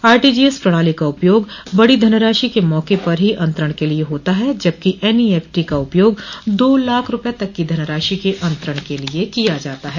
RTGS प्रणाली का उपयोग बड़ी धनराशि के मौके पर ही अन्तरण के लिए होता है जबकि एनईएफटी का उपयोग दो लाख रुपए तक की धनराशि के अंतरण के लिए किया जाता है